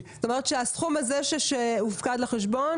זאת אומרת שהסכום הזה שהופקד לחשבון,